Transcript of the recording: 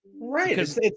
Right